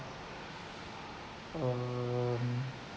um